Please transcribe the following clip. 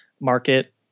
market